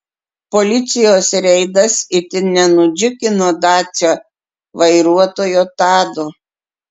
policijos reidas itin nenudžiugino dacia vairuotojo tado